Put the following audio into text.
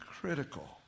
critical